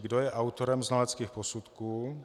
Kdo je autorem znaleckých posudků?